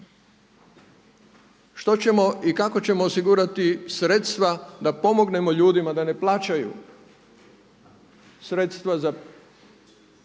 Što ćemo i kako ćemo osigurati sredstva da pomognemo ljudima da ne plaćaju